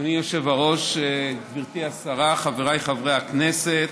אדוני היושב-ראש, גברתי השרה, חבריי חברי הכנסת,